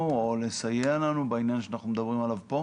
או לסייע לנו בעניין בו אנחנו מדברים כאן?